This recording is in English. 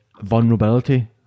vulnerability